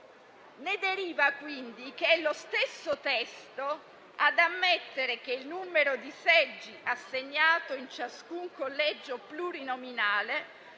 Ne deriva quindi che è lo stesso testo ad ammettere che il numero di seggi assegnato in ciascun collegio plurinominale